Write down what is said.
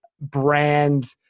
brand